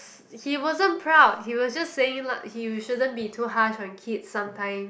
he wasn't proud he was just saying li~ you shouldn't be too harsh on kids sometime